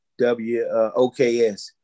WOKS